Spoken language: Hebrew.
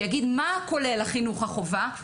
שיגיד מה כולל החינוך החובה,